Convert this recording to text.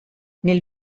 nel